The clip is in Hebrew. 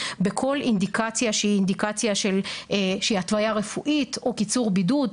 בכל אינדיקציה שהיא אינדיקציה שהיא התוויה רפואית או קיצור בידוד,